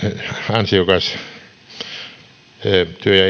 ansiokas työ